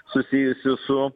susijusių su